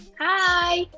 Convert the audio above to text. Hi